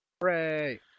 Hooray